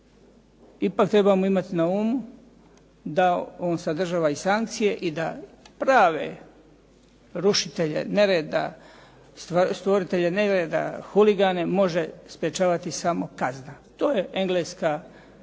ipak trebamo imati na umu da on sadržava i sankcije i da prave rušitelje nereda, stvoritelje nereda, huligane, može sprječavati samo kazna. To je Engleska dokazala